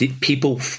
people